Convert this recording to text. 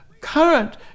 current